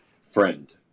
friend